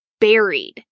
buried